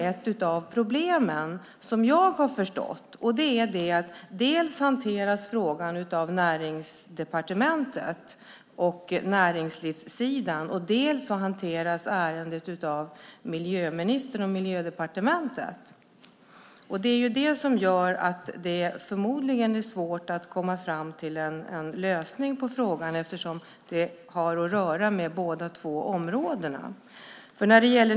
Ett av problemen är, som jag har förstått det, att frågan dels hanteras av Näringsdepartementet och näringslivssidan, dels av miljöministern och Miljödepartementet. Det är det som gör att det förmodligen är svårt att komma fram till en lösning på frågan - det här har att göra med båda områdena.